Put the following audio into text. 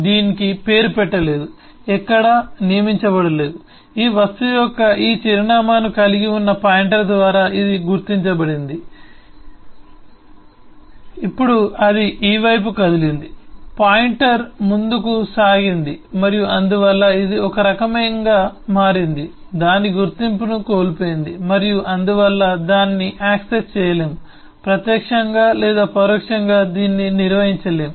దీనికి పేరు పెట్టలేదు ఎక్కడా నియమించబడలేదు ఈ వస్తువు యొక్క ఈ చిరునామాను కలిగి ఉన్న పాయింటర్ ద్వారా ఇది గుర్తించబడింది ఇప్పుడు అది ఈ వైపు కదిలింది పాయింటర్ ముందుకు సాగింది మరియు అందువల్ల ఇది ఒక రకంగా మారింది దాని గుర్తింపును కోల్పోయింది మరియు అందువల్ల దాన్ని యాక్సెస్ చేయలేము ప్రత్యక్షంగా లేదా పరోక్షంగా దీన్ని నిర్వహించలేము